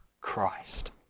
Christ